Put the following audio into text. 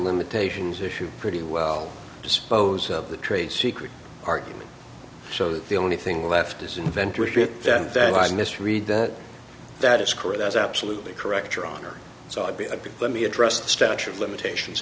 limitations issue pretty well dispose of the trade secret argument so the only thing left is inventor shit that i mis read that that is correct that's absolutely correct your honor so i'd be a bit let me address the statute of limitations